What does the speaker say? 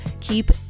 Keep